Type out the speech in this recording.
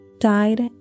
died